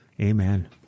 Amen